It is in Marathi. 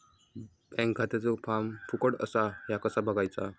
बँक खात्याचो फार्म फुकट असा ह्या कसा बगायचा?